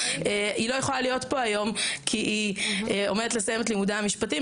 היא לא יכולה להיות פה היום כי היא עומדת לסיים את לימודי המשפטים,